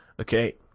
Okay